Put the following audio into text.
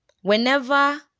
whenever